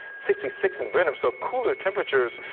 sixty six in brenham so cooler temperatures.